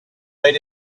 made